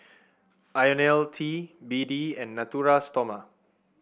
IoniL T B D and Natura Stoma